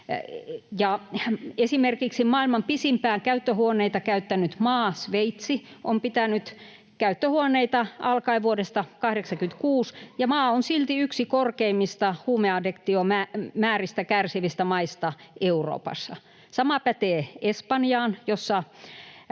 Esimerkiksi maailman pisimpään käyttöhuoneita käyttänyt maa Sveitsi on pitänyt käyttöhuoneita alkaen vuodesta 86, ja maa on silti yksi korkeimmista huumeaddiktiomääristä kärsivistä maista Euroopassa. Sama pätee Espanjaan,